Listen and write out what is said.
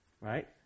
right